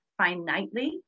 finitely